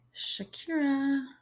Shakira